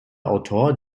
autor